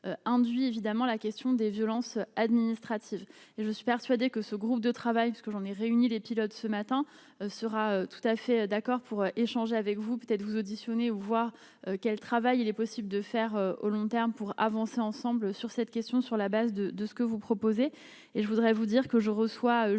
induit évidemment la question des violences administratives et je suis persuadé que ce groupe de travail parce que j'en ai réuni les pilotes, ce matin, sera tout à fait d'accord pour échanger avec vous, peut-être vous auditionner voir quel travail il est possible de faire au long terme pour avancer ensemble sur cette question, sur la base de de ce que vous proposez et je voudrais vous dire que je reçois